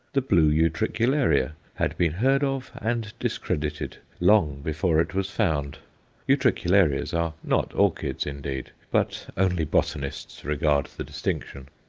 the blue utricularia had been heard of and discredited long before it was found utricularias are not orchids indeed, but only botanists regard the distinction.